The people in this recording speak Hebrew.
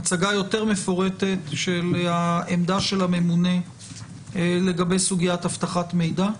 הצגה יותר מפורטת של העמדה של הממונה לגבי סוגיית אבטחת מידע.